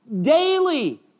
daily